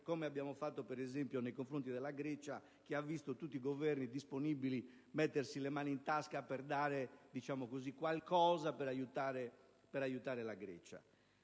che si sono verificati nei confronti della Grecia, che ha visto tutti i Governi disponibili mettersi le mani in tasca per dare qualcosa per aiutare quel